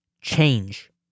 change